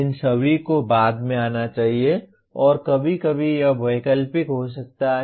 इन सभी को बाद में आना चाहिए और कभी कभी यह वैकल्पिक हो सकता है